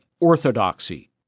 Orthodoxy